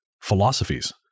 philosophies